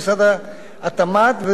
התמ"ת וגורמים נוספים,